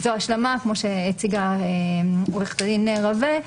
ליצור השלמה כמו שהציגה עו"ד רווה,